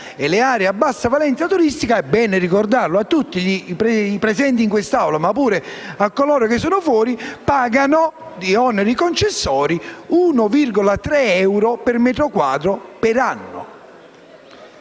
B, a bassa valenza turistica, che - è bene ricordarlo a tutti i presenti in quest'Aula, ma anche a coloro che sono fuori - pagano oneri concessori pari a 1,3 euro per metro quadro all'anno.